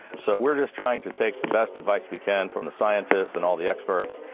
so we're just trying to take the best advice we can from the scientists and all the experts.